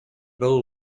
bill